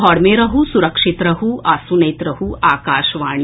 घर मे रहू सुरक्षित रहू आ सुनैत रहू आकाशवाणी